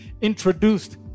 Introduced